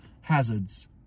hazards